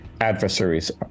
adversaries